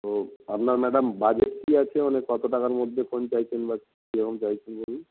ও আপনার madam budget কী আছে মানে কত টাকার মধ্যে ফোন চাইছেন বা কীরকম চাইছেন বলুন